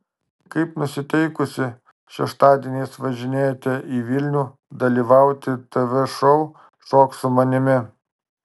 kaip nusiteikusi šeštadieniais važinėjate į vilnių dalyvauti tv šou šok su manimi